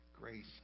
grace